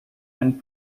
and